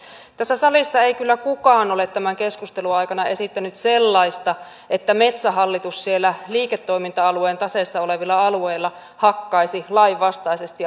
tässä salissa ei kyllä kukaan ole tämän keskustelun aikana esittänyt sellaista että metsähallitus siellä liiketoiminta alueen taseessa olevilla alueilla hakkaisi lainvastaisesti